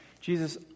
Jesus